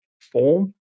form